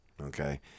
Okay